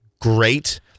great